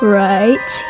right